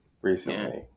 recently